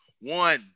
One